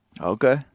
Okay